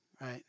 right